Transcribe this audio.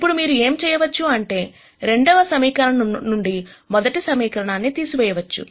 ఇప్పుడు మీరు ఏం చేయవచ్చుఅంటే రెండవ సమీకరణము నుండి మొదటి సమీకరణాన్ని తీసివేయవచ్చు